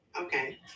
okay